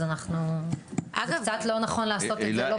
אז זה קצת לא נכון לעשות את זה לא פר אוכלוסייה.